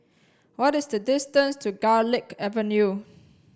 what is the distance to Garlick Avenue